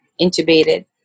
intubated